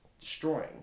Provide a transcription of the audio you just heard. destroying